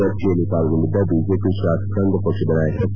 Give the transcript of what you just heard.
ಚರ್ಚೆಯಲ್ಲಿ ಪಾಲ್ಗೊಂಡಿದ್ದ ಬಿಜೆಪಿ ಶಾಸಕಾಂಗ ಪಕ್ಷದ ನಾಯಕ ಕೆ